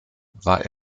war